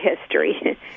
history